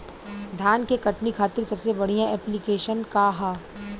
धान के कटनी खातिर सबसे बढ़िया ऐप्लिकेशनका ह?